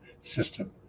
system